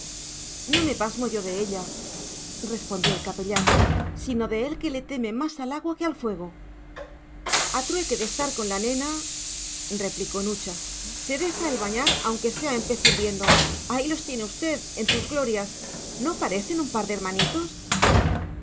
no me pasmo yo de ella respondió el capellán sino de él que le teme más al agua que al fuego a trueque de estar con la nena replicó nucha se deja él bañar aunque sea en pez hirviendo ahí los tiene usted en sus glorias no parecen un par de hermanitos